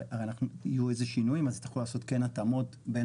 יהיו איזה שינויים ויצטרכו לעשות התאמות בין